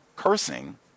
cursing